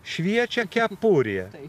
šviečia kepurė